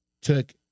took